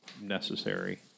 necessary